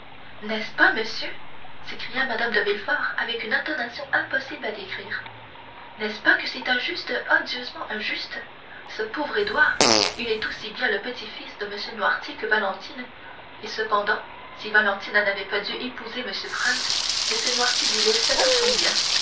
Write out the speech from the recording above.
n'est-ce pas monsieur s'écria mme de villefort avec une intonation impossible à décrire n'est-ce pas que c'est injuste odieusement injuste ce pauvre édouard il est aussi bien le petit-fils de m noirtier que valentine et cependant si valentine n'avait pas dû épouser m franz m noirtier lui laissait tout son bien